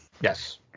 Yes